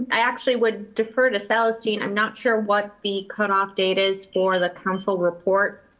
i actually would defer to so celestine. i'm not sure what the cutoff date is for the council report.